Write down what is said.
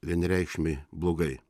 vienereikšmiai blogai